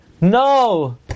no